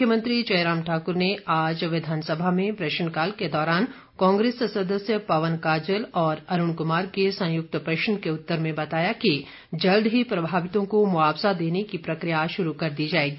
मुख्यमंत्री जयराम ठाकुर ने आज विधानसभा में प्रश्नकाल के दौरान कांग्रेस सदस्य पवन काजल और अरूण कुमार के संयुक्त प्रश्न के उत्तर में बताया कि जल्द ही प्रभावितों को मुआवज़ा देने की प्रक्रिया शुरू कर दी जाएगी